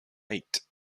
eight